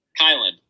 Kylan